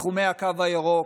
תחומי הקו הירוק.